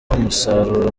umusaruro